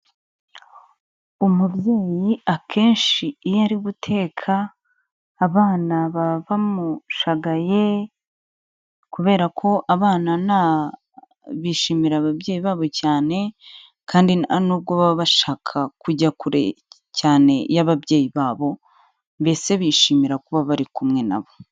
Umubyeyi akenshi iyo ari guteka, abana baba bamushagaye, kubera ko abana na bishimira ababyeyi babo cyane, kandi ntanubwo baba bashaka kujya kure cyane y'ababyeyi babo, mbese bishimira kuba bari kumwe na bo.